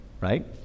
right